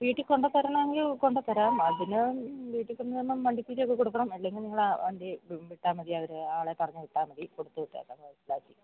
വീട്ടില് കൊണ്ടു തരണമെങ്കില് കൊണ്ടു തരാം അതിന് വീട്ടില് കൊണ്ടു തരണമെങ്കില് വണ്ടിക്കൂലിയൊക്കെ കൊടുക്കണം അല്ലെങ്കില് നിങ്ങള് വണ്ടി വിട്ടാല് മതി അതില് ആളെ പറഞ്ഞുവിട്ടാല് മതി കൊടുത്തുവിട്ടേക്കാം പാഴ്സലാക്കി